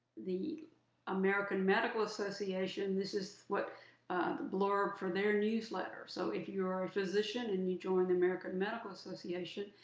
the american medical association, this is what the blurb for their newsletter. so if you're a physician, and you join the american medical association,